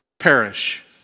perish